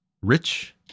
rich